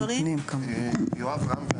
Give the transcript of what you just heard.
יואב רם,